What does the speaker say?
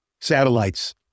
satellites